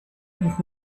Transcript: und